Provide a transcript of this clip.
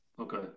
Okay